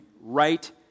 right